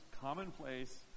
commonplace